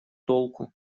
толку